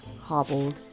hobbled